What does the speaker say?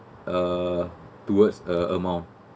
uh towards a amount